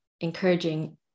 encouraging